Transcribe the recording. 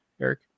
Eric